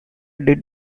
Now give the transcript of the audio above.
did